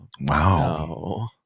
wow